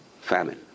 famine